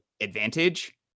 advantage